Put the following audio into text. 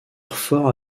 four